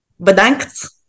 Bedankt